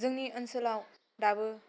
जोंनि ओन्सोलाव दाबो